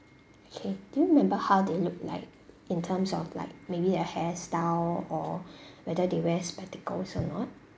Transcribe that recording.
okay do you remember how they looked like in terms of like maybe their hair style or whether they wear spectacles or not